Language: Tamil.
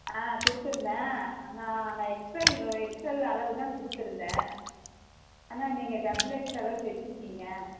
ஆ கொடுத்துருந்தேன் ஆனால் நான் எக்ஸ்எல் எக்ஸ்எல் அளவுதான் கொடுத்துருந்தேன் ஆனால் நீங்கள் டபிள் எக்ஸ்எல் அளவு தைச்சுருக்கிங்க